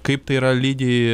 kaip tai yra lygi